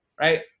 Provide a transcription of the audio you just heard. Right